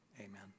amen